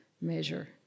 measure